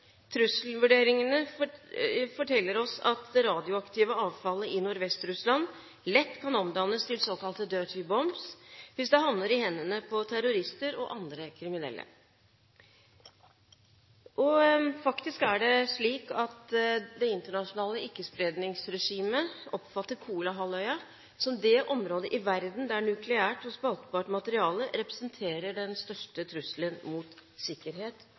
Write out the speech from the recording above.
Trusselvurderingene forteller oss at det radioaktive avfallet i Nordvest-Russland lett kan omdannes til såkalte «dirty bombs», hvis det havner i hendene på terrorister og andre kriminelle. Faktisk er det slik at det internasjonale ikkespredningsregimet oppfatter Kolahalvøya som det området i verden der nukleært og spaltbart materiale representerer den største trusselen mot sikkerhet